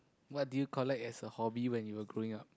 what do you collect as a hobby when you were growing up